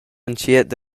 entschiet